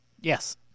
Yes